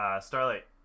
Starlight